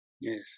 Yes